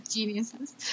Geniuses